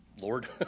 Lord